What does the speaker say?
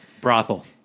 Brothel